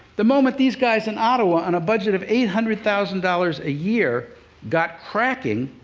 the moment these guys in ottawa on a budget of eight hundred thousand dollars a year got cracking,